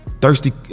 thirsty